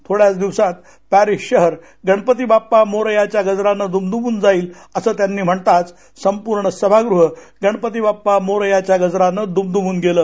थोड्याच दिवसात पॅरिस शहर गणपती बाप्पा मोरयाच्या गजरानं दुमदुमून जाईल असं त्यांनी म्हणताच संपूर्ण सभागृह गणपती बाप्पा मोरयाच्या गजरानं दुमदुमून गेलं